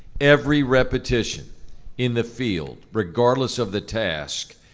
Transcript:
every repetition in the field, regardless of the task,